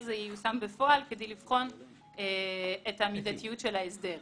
זה יישום בפועל כדי לבחון את המידתיות של ההסדר.